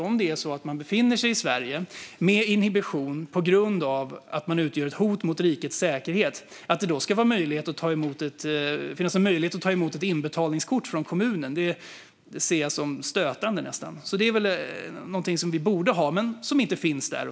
Om man befinner sig i Sverige med inhibition på grund av att man utgör ett hot mot rikets säkerhet och har möjlighet att ta emot ett inbetalningskort från kommunen ser jag det nästan som stötande. Vi borde se till att dessa möjligheter klipps av, vilket inte går i dag.